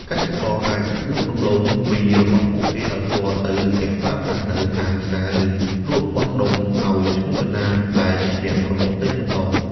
កសិករអាចលក់ដំឡូងមីរបស់ពួកគេដោយផ្ទាល់ទៅអ្នកប្រើប្រាស់នៅតាមផ្សារ ឬលក់បោះដុំឱ្យ ឈ្មួញកណ្ដាល ដែលជាអ្នកប្រមូលទិញបន្ត។